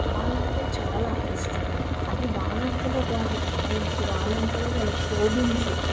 చాలా అంటే చాలా అరిష్టం అని వాళ్ళంతాలో వాళ్ళు భావించి వాళ్ళంతాలో వాళ్ళు శోభించి